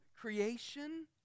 creation